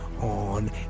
on